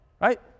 right